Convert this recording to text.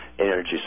energy